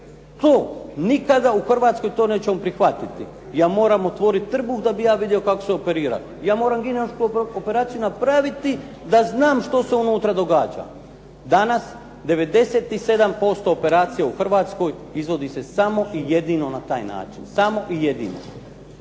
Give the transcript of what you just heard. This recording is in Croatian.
to nikada u Hrvatskoj to nećemo prihvatiti. Ja moram otvoriti trbuh da bih ja vidio kako se operira. Ja moram ginekološku operaciju napraviti da znam što se u nutra događa. Danas 97% operacija u Hrvatskoj izvodi se samo i jedino na taj način, samo i jedino.